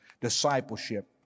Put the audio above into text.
discipleship